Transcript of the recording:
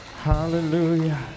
Hallelujah